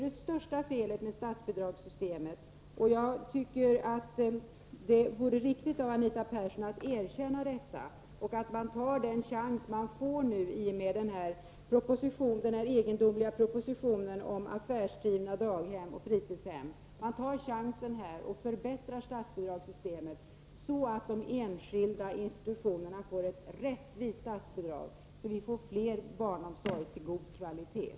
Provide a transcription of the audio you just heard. Det vore riktigt av Anita Persson att erkänna detta. Socialdemokraterna bör ta den chans som propositionen om vad de kallar affärsdrivna daghem och fritidshem ger dem till att förbättra bidragssystemet, så att de enskilda institutionerna får ett rättvist statsbidrag och vi får mer barnomsorg av god kvalitet.